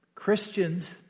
Christians